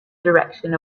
direction